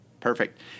Perfect